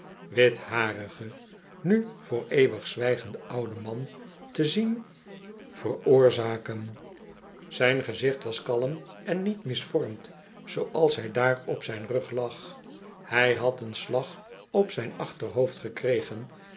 dankten witharigen nu voor eeuwig zwijgend en ouden man te zien veroorzaken zijn gezicht was kalm en niet misvormd zooals hij daar op zijn rug lag hij had een slag op zijn achterhoofd gekregen